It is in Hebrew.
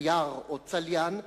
תייר או צליין,